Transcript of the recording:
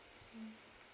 mm